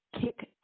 Kick